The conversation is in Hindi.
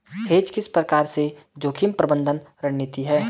हेज किस प्रकार से जोखिम प्रबंधन रणनीति है?